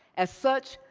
as such,